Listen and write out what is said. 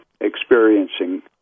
experiencing